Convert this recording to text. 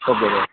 okay sir